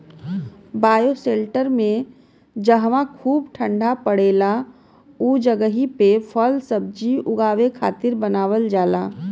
bioshelter में जहवा खूब ठण्डा पड़ेला उ जगही पे फलसब्जी उगावे खातिर बनावल जाला